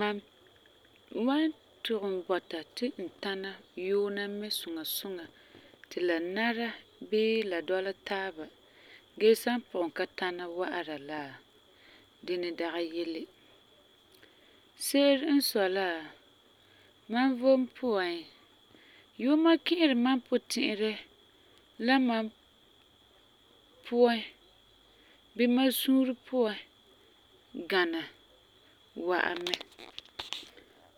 Mam wan tugum bɔta ti n tana yuuna mɛ suŋa suŋa ti la nara bii la dɔla taaba gee san pugum ka tana wa'ara la, dinɛ dagi yele. Se'ere n sɔi la, mam vom puan yuuma ki'iri mam puti'irɛ la mam puan bii mam suure puan gana wa'a mɛ.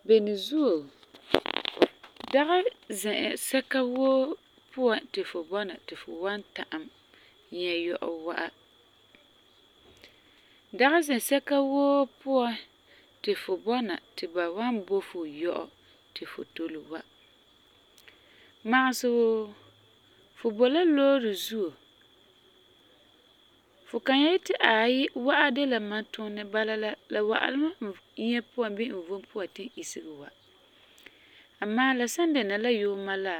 Beni zuo, dagɛ zɛsɛka woo puan ti fu bɔna ti fu wan ta'am nyɛ yɔ'ɔ wa. Dagi zɛsɛka woo puan ti fu bɔna ti ba wan bo fu yɔ'ɔ ti fu tole wa. Magesɛ wuu fu boi la loore zuo, fu kan yeti aai wa'a de la mam tuunɛ bala la la wa'am la n inya puan bii n vom puan ti n isege wa, amaa la san dɛna la yuuma la,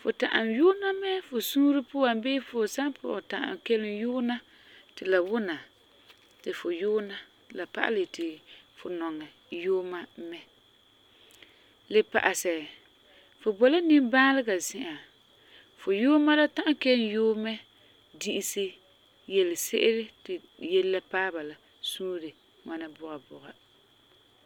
fu ta'am yuuna mɛ fu suure puan bii fu san pugum kelum ta'am yuuna ti la wuna ti fu yuuna ti la pa'alɛ yeti fu nɔŋɛ yuuma mɛ. Le pa'asɛ, fu boi la nimbaalega zi'an fu yuuma la ta'am kelum yuum mɛ di'ise yelese'ere ti yele la paɛ ba la suure ŋwana buga buga.